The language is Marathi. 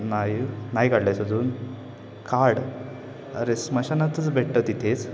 नाही नाही काढलस अजुन काढ अरे स्मशनातच भेटतं तिथेच